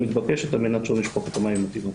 המתבקשת על מנת שלא נשפוך את המים עם התינוק.